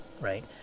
right